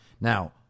Now